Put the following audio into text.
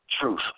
truth